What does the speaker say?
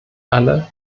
alle